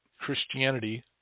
Christianity